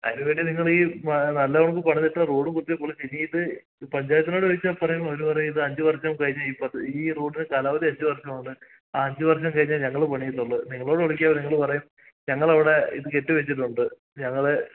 അതിനു വേണ്ടി നിങ്ങൾ ഈ വാ നല്ല പോലെ പണിതിട്ട റോഡ് കുത്തിപൊളിച്ച് ഇനിയിത് പഞ്ചായത്തിനോട് ചോദിച്ചാൽ പറയും അവർ പറയും ഇത് അഞ്ചു വർഷം കഴിഞ്ഞ ഈ പദ്ധതി ഈ റോഡ് കാലാവധി അഞ്ചു വർഷം ആണ് ആ അഞ്ചു വർഷം കഴിഞ്ഞേ ഞങ്ങൾ പണിയുന്നുള്ളു നിങ്ങളോട് വിളിച്ചാൽ നിങ്ങൾ പറയും ഞങ്ങൾ ഇവിടെ ഇത് കെട്ടി വെച്ചിട്ടുണ്ട് ഞങ്ങൾ